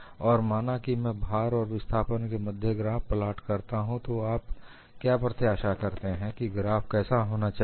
और माना कि मैं भार और विस्थापन के मध्य ग्राफ प्लॉट करना चाहता हूं आप क्या प्रत्याशा करते हैं कि ग्राफ कैसा होना चाहिए